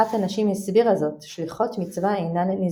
אחת הנשים הסבירה זאת "שליחות מצווה אינן ניזוקות".